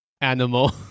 animal